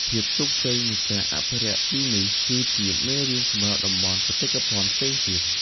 ភាពជោគជ័យនៃការអភិរក្សទីនេះ គឺជាមេរៀនសម្រាប់តំបន់បេតិកភណ្ឌផ្សេងទៀត។